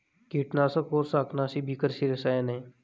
कीटनाशक और शाकनाशी भी कृषि रसायन हैं